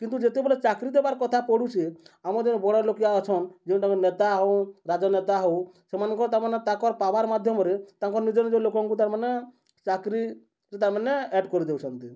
କିନ୍ତୁ ଯେତେବେଲେ ଚାକ୍ରି ଦେବାର୍ କଥା ପଢ଼ୁଛେ ଆମର୍ ଯେନ୍ ବଡ଼ଲୋକିଆ ଅଛନ୍ ଯେଉଁଠି ଆମେ ନେତା ହଉ ରାଜନେତା ହଉ ସେମାନଙ୍କ ତାର୍ମାନେ ତାଙ୍କ ପାୱାର୍ ମାଧ୍ୟମରେ ତାଙ୍କର୍ ନିଜ ନିଜ ଲୋକଙ୍କୁ ତାର୍ମାନେ ଚାକ୍ରୀରେ ତାର୍ମାନେ ଆଡ଼୍ କରିଦଉଛନ୍ତି